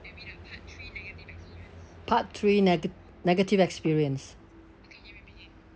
part three nega~ negative experience